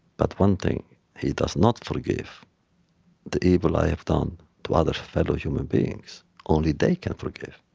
but one thing he does not forgive the evil i have done to other fellow human beings. only they can forgive.